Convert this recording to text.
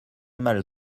mal